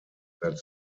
that